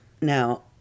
Now